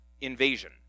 invasion